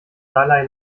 dalai